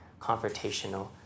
confrontational